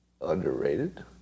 Underrated